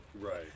Right